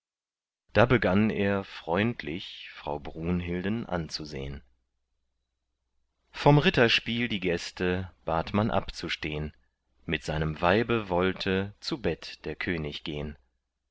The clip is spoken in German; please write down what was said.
da begann er freundlich frau brunhilden anzusehn vom ritterspiel die gäste bat man abzustehn mit seinem weibe wollte zu bett der könig gehn